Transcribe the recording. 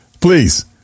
Please